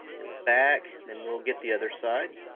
and the back, then we'll get the other side.